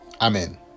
Amen